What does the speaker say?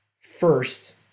first